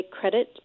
credit